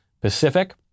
Pacific